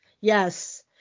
Yes